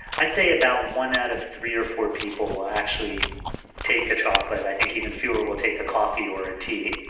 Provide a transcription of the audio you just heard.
i'd say about one out of three or four people will actually take a chocolate. i think even fewer will take a coffee or a tea.